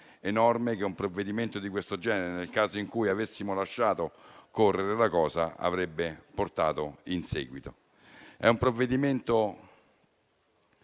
enorme che un provvedimento di tal genere, nel caso in cui avessimo lasciato correre, avrebbe portato in seguito. Si tratta di un provvedimento